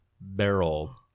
barrel